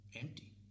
empty